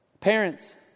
Parents